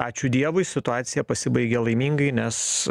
ačiū dievui situacija pasibaigė laimingai nes